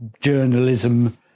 journalism